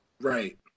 Right